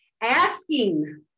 asking